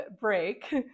break